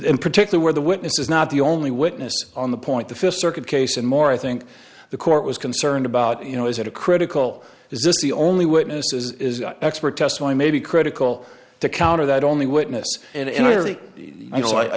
in particular where the witness is not the only witness on the point the fifth circuit case and more i think the court was concerned about you know is it a critical is this the only witness is expert testimony maybe critical to counter that only witness and